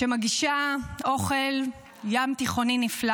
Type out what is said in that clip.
שמגישה אוכל ים תיכוני נפלא